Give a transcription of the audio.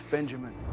Benjamin